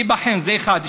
להיבחן, זה אחת.